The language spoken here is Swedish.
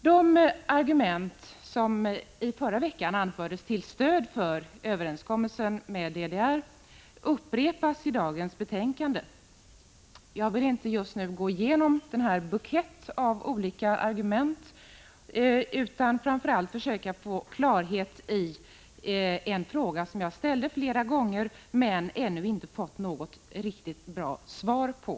De argument som i förra veckan anfördes till stöd för överenskommelsen med DDR upprepas i föreliggande betänkande. Jag vill inte just nu gå igenom buketten av olika argument, utan framför allt försöka få klarhet i en fråga som jag har ställt flera gånger men ännu inte fått något riktigt bra svar på.